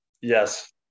yes